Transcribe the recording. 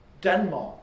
Denmark